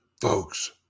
folks